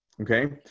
Okay